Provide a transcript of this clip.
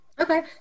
Okay